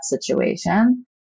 situation